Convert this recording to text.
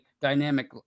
dynamic